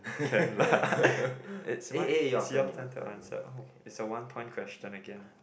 can lah it's my oh is your turn to ask oh is one time question again